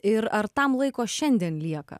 ir ar tam laiko šiandien lieka